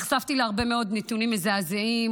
נחשפתי להרבה מאוד נתונים מזעזעים,